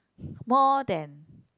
more than